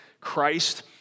Christ